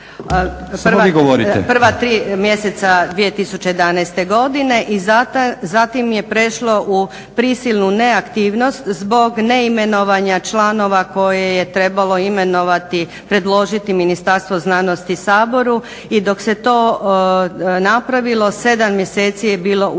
Prva tri mjeseca 2011. godine, i zatim je prešlo u prisilnu neaktivnost zbog neimenovanja članova koje je trebalo imenovati, predložiti Ministarstvo znanosti Saboru. I dok se to napravilo 7 mjeseci je bilo u